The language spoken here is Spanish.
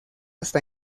hasta